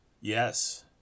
yes